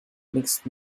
mixed